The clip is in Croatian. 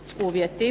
uvjeti.